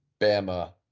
Bama